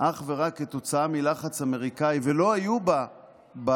אך ורק כתוצאה מלחץ אמריקאי ולא היו בתוכנית